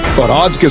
but um king